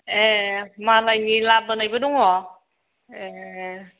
ए मालायनि लाबोनायबो दङ ए